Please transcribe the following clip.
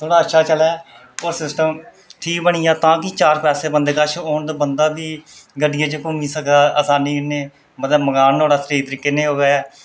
थोह्ड़ा अच्छा चलै ओह् सिस्टम ठीक बनी जा तां चार पैसे बंदे कश होन तां बंदा भी गड्डियें च घूमी सकदा आसानी कन्नै मतलब मकान नुहाड़ा स्हेई तरीके नै होऐ